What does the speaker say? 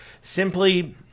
simply